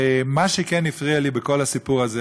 מה שכן הפריע לי בכל הסיפור הזה,